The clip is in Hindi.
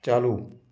चालू